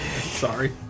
sorry